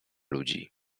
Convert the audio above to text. ludzi